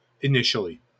initially